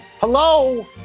Hello